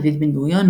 דוד בן-גוריון,